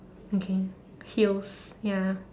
okay heels ya